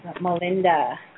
Melinda